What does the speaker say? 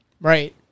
Right